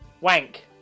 Wank